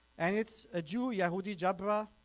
and it's a jew yahudi jabra